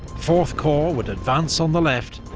fourth corps would advance on the left,